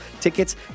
tickets